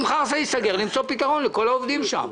אם חרסה ייסגר צריך למצוא פתרון לכל העובדים שם,